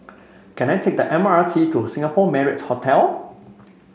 can I take the M R T to Singapore Marriott Hotel